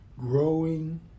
growing